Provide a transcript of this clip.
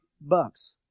bucks